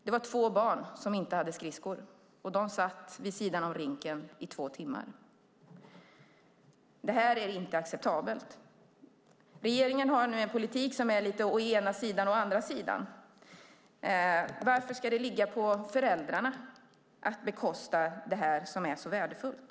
Det var två barn som inte hade skridskor, och de satt vid sidan av rinken i två timmar. Det här är inte acceptabelt. Regeringen har en politik som är lite å ena sidan och å andra sidan. Varför ska det ligga på föräldrarna att bekosta det som är så värdefullt?